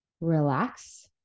relax